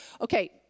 Okay